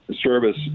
service